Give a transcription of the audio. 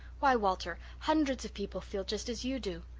why, walter, hundreds of people feel just as you do.